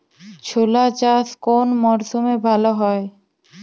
ছোলা চাষ কোন মরশুমে ভালো হয়?